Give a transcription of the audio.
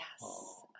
Yes